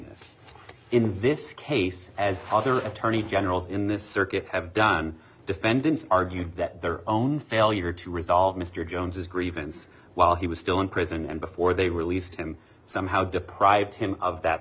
timeliness in this case as other attorney generals in this circuit have done defendants argued that their own failure to resolve mr jones his grievance while he was still in prison and before they released him somehow deprived him of that